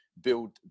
build